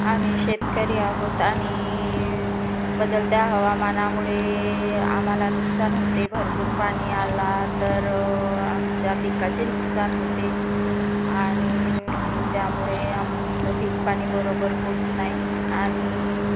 आम्ही शेतकरी आहोत आणि बदलत्या हवामानामुळे आम्हाला नुकसान होते भरपूर पाणी आलं तर आमच्या पिकाचे नुकसान होते आणि त्यामुळे आमचं पीक पाणी बरोबर होत नाही आणि